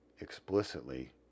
explicitly